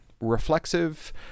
reflexive